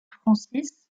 francis